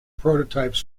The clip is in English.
prototypes